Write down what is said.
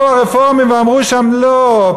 באו הרפורמים ואמרו שם: לא,